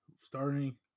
starting